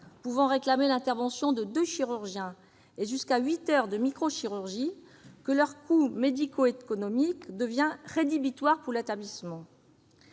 pouvant réclamer l'intervention de deux chirurgiens et jusqu'à huit heures de microchirurgie, que leur coût médico-économique devient rédhibitoire pour l'établissement.